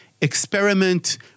experiment